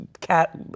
cat